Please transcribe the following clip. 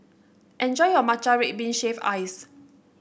enjoy your Matcha Red Bean Shaved Ice